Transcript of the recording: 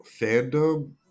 Fandom